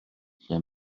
lle